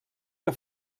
que